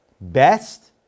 best